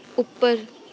ਉੱਪਰ